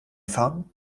fahren